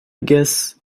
guess